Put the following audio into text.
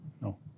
No